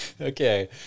Okay